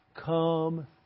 come